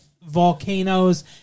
volcanoes